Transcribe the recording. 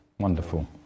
Wonderful